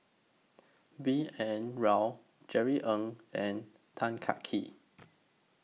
B N Rao Jerry Ng and Tan Kah Kee